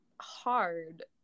hard